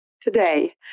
today